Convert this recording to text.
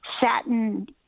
satin